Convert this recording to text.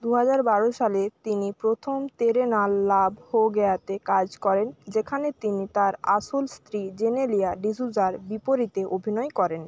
দু হাজার বারো সালে তিনি প্রথম তেরে নাল লাভ হো গ্যায়াতে কাজ করেন যেখানে তিনি তার আসল স্ত্রী জেনেলিয়া ডিসুজার বিপরীতে অভিনয় করেন